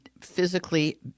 physically